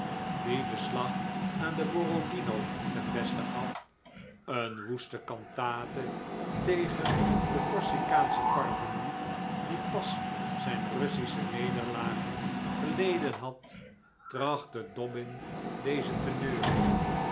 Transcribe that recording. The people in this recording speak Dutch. die den slag aan de borodino ten beste gaf een woeste cantate tegen den corsikaanschen parvenu die pas zijn russische nederlagen geleden had trachtte dobbin deze te neurien